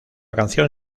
canción